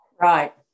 right